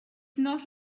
not